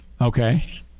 Okay